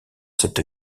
cette